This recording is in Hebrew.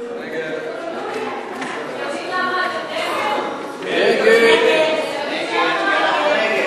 ההצעה להסיר מסדר-היום את הצעת חוק הממשלה (תיקון,